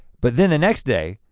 but then the next day,